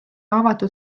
avatud